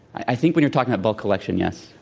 i think when you're talking about bulk collection, yes.